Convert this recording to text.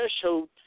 threshold